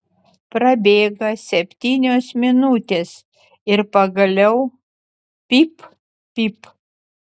prabėga septynios minutės ir pagaliau pyp pyp